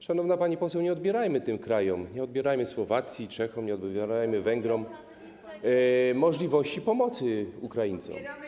Szanowna pani poseł, nie odbierajmy tym krajom, nie odbierajmy Słowacji, Czechom, nie odbierajmy Węgrom możliwości pomocy Ukraińcom.